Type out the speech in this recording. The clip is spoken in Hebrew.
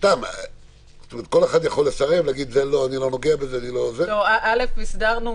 בכל נושא אופן מינוי מנהל ההסדר ומי מנהל ההסדר.